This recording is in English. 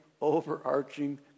overarching